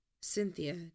Cynthia